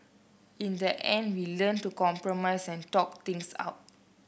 in the end we learnt to compromise and talk things out